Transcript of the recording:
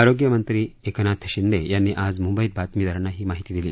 आरोग्यमंत्री एकनाथ शिंदे यांनी आज मुंबईत बातमीदारांना ही माहिती दिली